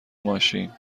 ماشین